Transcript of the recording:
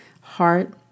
heart